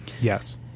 Yes